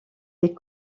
les